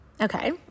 Okay